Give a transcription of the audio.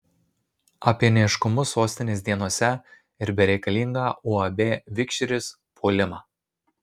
apie neaiškumus sostinės dienose ir bereikalingą uab vikšris puolimą